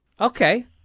Okay